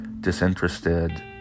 disinterested